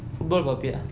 football Papiya